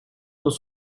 dans